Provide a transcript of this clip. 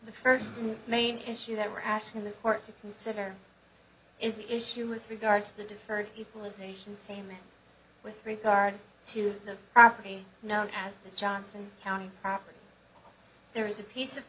the first and main issue that we're asking the court to consider is the issue with regard to the deferred equalization payment with regard to the property known as the johnson county property there is a piece of